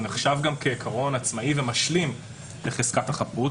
נחשב גם כעיקרון עצמאי ומשלים לחזקת החפות.